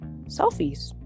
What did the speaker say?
selfies